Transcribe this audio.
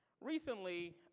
Recently